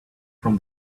from